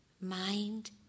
mind